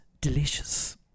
delicious